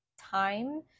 time